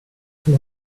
von